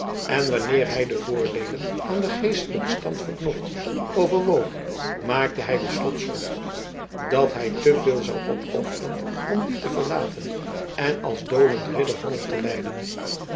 en wanneer hij de voordeelen aan den geestelijken stand verknocht overwoog maakte hij de slotsom op dat hij te veel zou opofferen om dien te verlaten en als dolend ridder honger te lijden